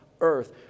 earth